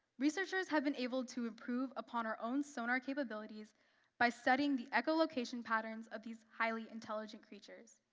researchers have been able to improve upon our own sonar capabilities by studying the echolocation patterns of these highly intelligent creatures.